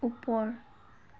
ওপৰ